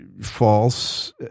false